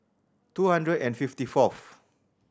two hundred and fifty fourth